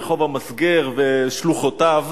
רחוב המסגר ושלוחותיו,